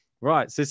Right